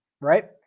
right